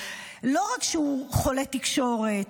לא רק שהוא חולה תקשורת,